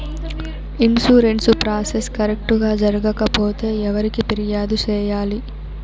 insurance process correct గా జరగకపోతే ఎవరికి ఫిర్యాదు సేయాలి